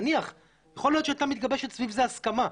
נניח, יכול להיות שהייתה מגבשת סביב זה הסכמה.